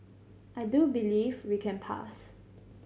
I do believe we can pass